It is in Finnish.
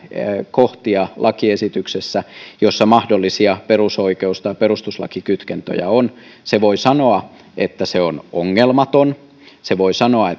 kohtia lakiesityksessä joissa mahdollisia perusoikeus tai perustuslakikytkentöjä on se voi sanoa että se on ongelmaton se voi sanoa